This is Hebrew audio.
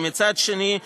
ומצד שני,